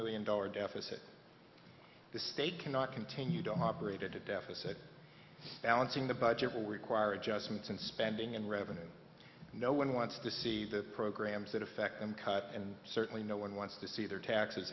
million dollar deficit the state cannot continue to operate at the deficit balancing the budget will require adjustments in spending and revenue no one wants to see the programs that affect them cut and certainly no one wants to see their taxes